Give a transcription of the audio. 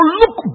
look